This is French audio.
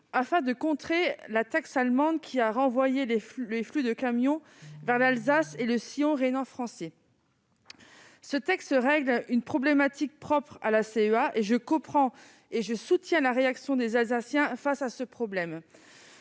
afin de contrer la taxe allemande qui a renvoyé les flux de camions vers l'Alsace et le sillon rhénan français. Cela règle un problème propre à la CEA, et je comprends et soutiens la réaction des Alsaciens face à ce problème.